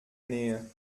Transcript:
nähe